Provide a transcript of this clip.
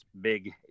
big